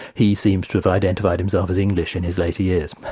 he seems to have identified himself as english in his later years.